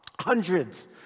hundreds